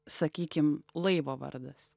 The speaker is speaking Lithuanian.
sakykim laivo vardas